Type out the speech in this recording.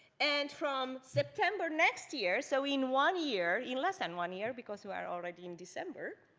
and from september next year, so in one year in less than one year because we're already in december,